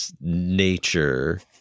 Nature